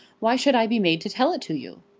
why should i be made to tell it to you?